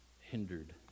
hindered